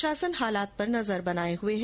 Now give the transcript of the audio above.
प्रशासन हालात पर नजर बनाए हुए है